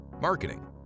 marketing